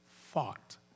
fought